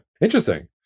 interesting